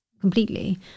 completely